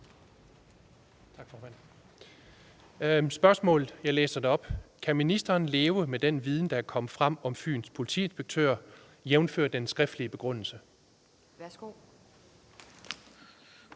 spørgsmålet op: Kan ministeren leve med den viden, der er kommet frem om Fyns politiinspektør, jævnfør den skriftlig begrundelse? Kl.